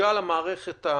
תובשל המערכת המחשובית,